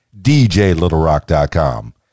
DJLittleRock.com